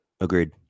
Agreed